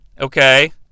Okay